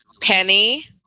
Penny